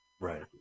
Right